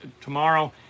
tomorrow